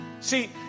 See